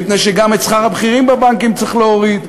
מפני שגם את שכר הבכירים בבנקים צריך להוריד,